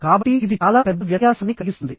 కాబట్టి ఇది చాలా పెద్ద వ్యత్యాసాన్ని కలిగిస్తుంది